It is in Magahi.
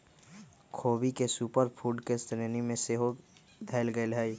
ख़ोबी के सुपर फूड के श्रेणी में सेहो धयल गेलइ ह